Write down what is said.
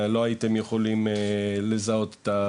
לא הייתם יכולים לזהות את הבן אדם.